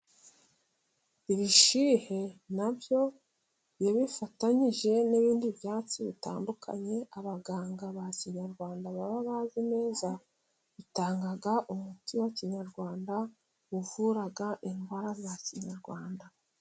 Ibishihe nabyo iyo bifatanyije n'ibindi byatsi bitandukanye ,abaganga ba kinyarwanda bababazi neza. Bitanga umuti wa kinyarwanda .Uvura indwara za kinyarwanda.